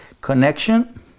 connection